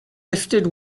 lifted